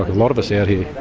lot of us out here,